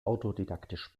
autodidaktisch